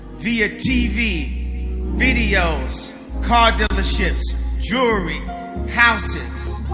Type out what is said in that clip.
via tv videos carved up the ship's jewelry houses